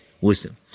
wisdom